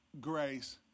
grace